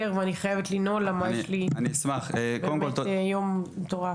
ואני חייבת לנעול כי יש לי באמת יום מטורף.